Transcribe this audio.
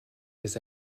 his